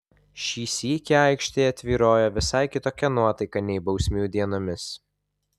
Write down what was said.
šį sykį aikštėje tvyrojo visai kitokia nuotaika nei bausmių dienomis